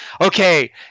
okay